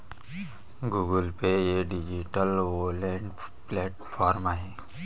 Google Pay हे digital wallet platform आहे